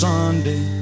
Sunday